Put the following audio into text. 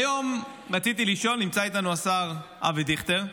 היום רציתי לשאול, ונמצא איתנו השר אבי דיכטר,